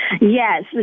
Yes